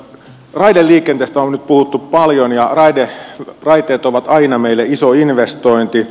raideliikenteestä on nyt puhuttu paljon ja raiteet ovat aina meille iso investointi